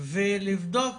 ולבדוק